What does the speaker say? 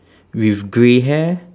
with grey hair